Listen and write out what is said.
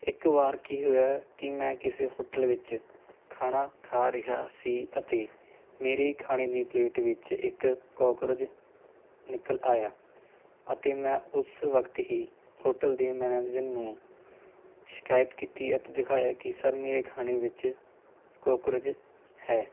ਇੱਕ ਵਾਰ ਕੀ ਹੋਇਆ ਕਿ ਮੈਂ ਕਿਸੇ ਹੋਟਲ ਵਿੱਚ ਖਾਣਾ ਖਾ ਰਿਹਾ ਸੀ ਅਤੇ ਮੇਰੇ ਖਾਣੇ ਦੀ ਪਲੇਟ ਵਿੱਚ ਇੱਕ ਕਾਕਰੋਜ ਨਿਕਲ ਆਇਆ ਅਤੇ ਮੈਂ ਉਸ ਵਕਤ ਹੀ ਹੋਟਲ ਦੇ ਮੈਨੇਜਰ ਨੂੰ ਸ਼ਿਕਾਇਤ ਕੀਤੀ ਅਤੇ ਦਿਖਾਇਆ ਕਿ ਸਰ ਮੇਰੇ ਖਾਣੇ ਵਿੱਚ ਕੋਕਰੋਚ ਹੈ